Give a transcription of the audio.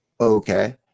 Okay